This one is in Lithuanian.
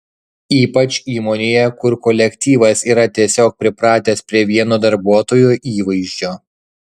ypač įmonėje kur kolektyvas yra tiesiog pripratęs prie vieno darbuotojo įvaizdžio